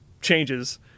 changes